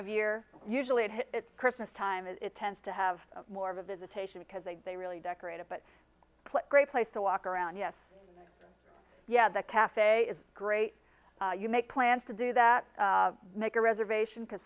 of year usually at christmas time and it tends to have more of a visitation because they really decorate it but a great place to walk around yes yeah the cafe is great you make plans to do that make a reservation because